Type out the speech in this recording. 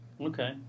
Okay